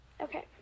Okay